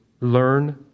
learn